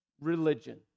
religion